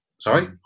sorry